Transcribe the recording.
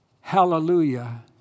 Hallelujah